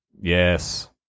Yes